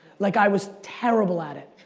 like, i was terrible at it.